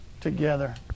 together